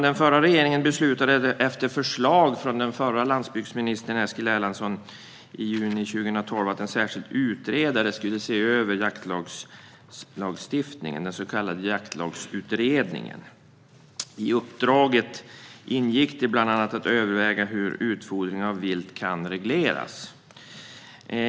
Den förra regeringen beslutade efter förslag från förre landsbygdsministern, Eskil Erlandsson, i juni 2012 att en särskild utredare skulle se över jaktlagstiftningen i den så kallade Jaktlagsutredningen. I uppdraget ingick bland annat att överväga hur utfodring av vilt kan regleras.